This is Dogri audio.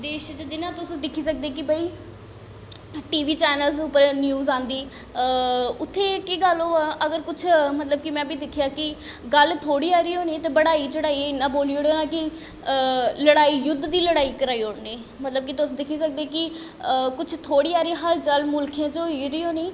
देश च जि'यां तुस दिक्खी सकदे कि भाई टी वी चैनल्स उप्पर न्यूज औंदी उत्थै केह् गल्ल ओ अगर कुछ मतलब कि में बी दिक्खेआ कि गल्ल थोह्ड़ी हारी होनी ते बढ़ाई चढ़ाइयै इन्ना बोल्ली ओड़े दा होना कि लड़ाई युद्ध दी लड़ाई कराई ओड़नी मतलब कि तुस दिक्खी सकदे कि कुछ थोह्ड़ी हारी हलचल मुल्खें च होई दी होनी